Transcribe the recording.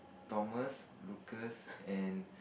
Thomas Lucas and